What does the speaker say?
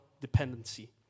dependency